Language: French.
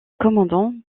commandant